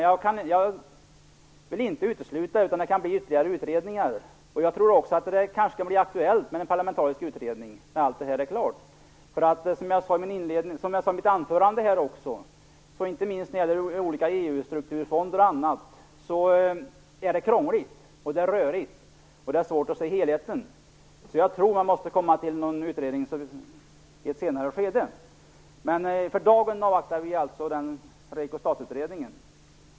Jag vill inte utesluta att det kan bli fråga om ytterligare utredningar. Jag tror också att det kanske kan bli aktuellt med en parlamentarisk utredning när allt detta är klart. Som jag sade i mitt anförande är det, inte minst när det gäller olika EU-strukturfonder och annat, krångligt och rörigt. Det är svårt att se helheten. Därför tror jag att man måste komma till en utredning i ett senare skede. Men för dagen avvaktar vi alltså REKO-STAT-utredningen.